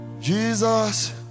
Jesus